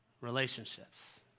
relationships